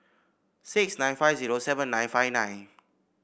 six nine five zero seven nine five nine